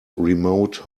remote